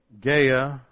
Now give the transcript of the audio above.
Gaia